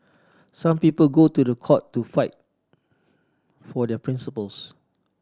some people go to the court to fight for their principles